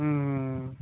ହୁଁ ହୁଁ